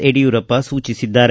ಯಡಿಯೂರಪ್ಪ ಸೂಚಿಸಿದ್ದಾರೆ